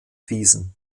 wiesen